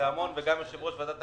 לדעת